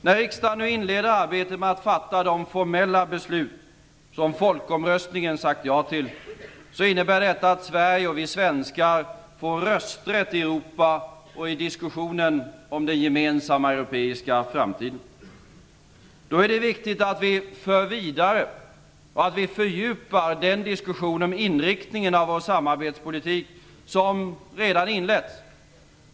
När riksdagen nu inleder arbetet med att fatta de formella beslut som man i folkomröstningen sagt ja till, innebär detta att Sverige och vi svenskar får rösträtt i Europa och får vara med i diskussionen om den gemensamma framtiden i Europa. Då är det viktigt att vi för vidare och fördjupar den diskussion om inriktningen av vår samarbetspolitik som redan inletts.